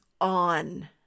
on